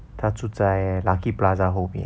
他住在 lucky plaza 后面